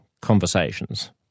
conversations